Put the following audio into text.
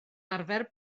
arfer